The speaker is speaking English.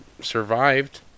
survived